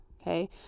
Okay